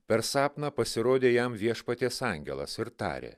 per sapną pasirodė jam viešpaties angelas ir tarė